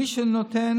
מי שנותן